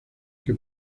que